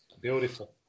Beautiful